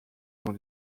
dans